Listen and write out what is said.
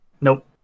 Nope